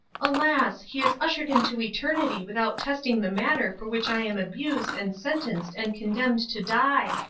alas! he is ushered into eternity without testing the matter for which i am abused and sentenced and condemned to die.